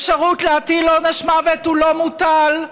אפשרות להטיל עונש מוות, הוא לא מוטל,